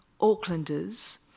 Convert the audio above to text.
Aucklanders